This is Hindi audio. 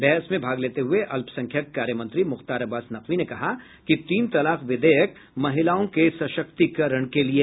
बहस में भाग लेते हुए अल्पसंख्यक कार्य मंत्री मुख्तार अब्बास नकवी ने कहा कि तीन तलाक विधेयक महिलाओं के सशक्तीकरण के लिए है